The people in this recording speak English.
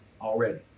already